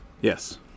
Yes